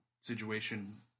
situation